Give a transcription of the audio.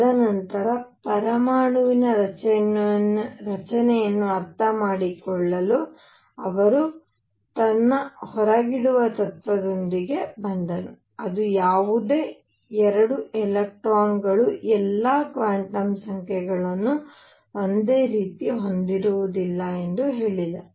ತದನಂತರ ಪರಮಾಣುವಿನ ರಚನೆಯನ್ನು ಅರ್ಥಮಾಡಿಕೊಳ್ಳಲು ಅವನು ತನ್ನ ಹೊರಗಿಡುವ ತತ್ತ್ವದೊಂದಿಗೆ ಬಂದನು ಅದು ಯಾವುದೇ 2 ಎಲೆಕ್ಟ್ರಾನ್ಗಳು ಎಲ್ಲಾ ಕ್ವಾಂಟಮ್ ಸಂಖ್ಯೆಗಳನ್ನು ಒಂದೇ ರೀತಿ ಹೊಂದಿರುವುದಿಲ್ಲ ಎಂದು ಹೇಳಿದೆ